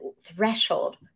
threshold